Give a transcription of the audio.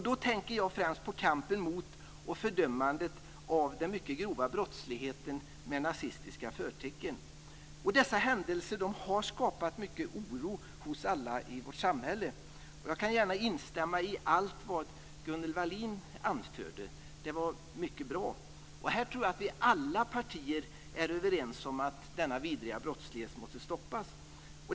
Då tänker jag främst på kampen mot och fördömandet av den mycket grova brottsligheten med nazistiska förtecken. Dessa händelser har skapat mycket oro hos alla i vårt samhälle. Jag kan gärna instämma i allt vad Gunnel Wallin anförde. Det var mycket bra. Jag tror att alla partier är överens om att denna vidriga brottslighet måste stoppas.